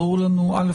א',